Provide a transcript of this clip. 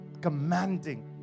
commanding